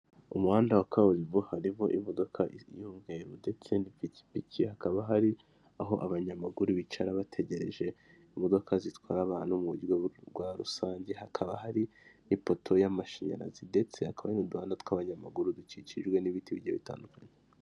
Ikigaragara iyi ni ifoto yifashishwa mu kwamamaza ya Rwanda reveni otoriti yerekana ko ugomba kwishyura imisoro n'amahoro, bitarenze itariki mirongo itatu n'imwe z'ukwa cumi n'abiri bibiri na makumyabiri na kane.